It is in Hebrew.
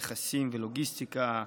נכסים ולוגיסטיקה,